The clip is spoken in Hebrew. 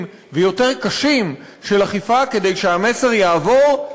ויותר קשים של אכיפה כדי שהמסר יעבור.